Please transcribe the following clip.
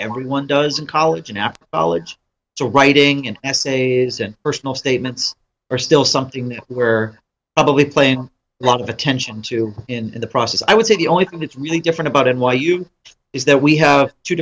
everyone does in college and after college so writing an essay isn't personal statements are still something that we're probably playing a lot of attention to in the process i would say the only thing that's really different about n y u is that we have two